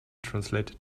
translated